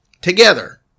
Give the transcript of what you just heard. together